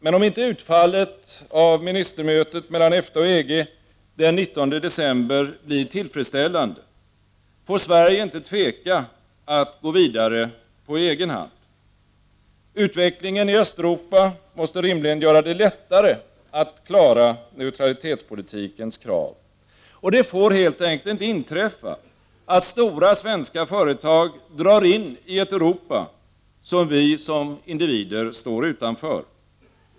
Men om inte utfallet av ministermötet mellan EFTA och EG den 19 december blir tillfredsställande, får Sverige inte tveka att gå vidare på egen hand. Utvecklingen i Östeuropa måste rimligen göra det lättare att klara neutralitetspolitikens krav. Det får helt enkelt inte inträffa att stora svenska företag drar in i ett Europa, som vi som individer står utanför.